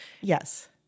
Yes